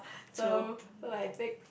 so like back